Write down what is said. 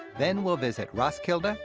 then we'll visit roskilde,